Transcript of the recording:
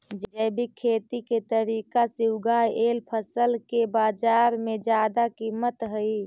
जैविक खेती के तरीका से उगाएल फसल के बाजार में जादा कीमत हई